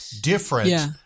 different